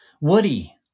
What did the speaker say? Woody